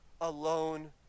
alone